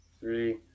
Three